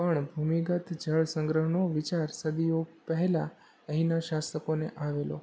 પણ ભૂમિગત જળ સંગ્રહનો વિચાર સદીઓ પહેલાં અહીંના શાસકોને આવેલો